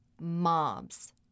mobs